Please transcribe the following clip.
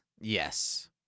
Yes